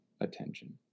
attention